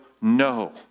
No